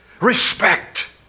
respect